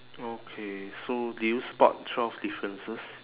okay so did you spot twelve differences